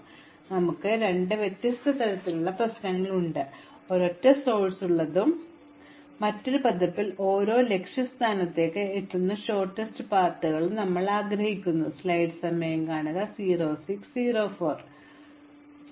അതിനാൽ ഞങ്ങൾക്ക് രണ്ട് വ്യത്യസ്ത തരത്തിലുള്ള പ്രശ്നങ്ങളുണ്ട് ഒന്ന് ഞങ്ങൾക്ക് ഒരൊറ്റ ഉറവിടമുണ്ടായിരിക്കാം ഒപ്പം ആ ഉറവിടത്തിൽ നിന്നും മറ്റ് പതിപ്പിൽ നിന്നും ഓരോ ലക്ഷ്യസ്ഥാനത്തേക്കും ഏറ്റവും ചെറിയ പാത ഞങ്ങൾ ആഗ്രഹിക്കുന്നു അവിടെ ഓരോ ജോഡി വെർട്ടീസുകൾക്കും ഇടയിലുള്ള ഏറ്റവും ചെറിയ പാത കണ്ടെത്താൻ ഞങ്ങൾ ആഗ്രഹിക്കുന്നു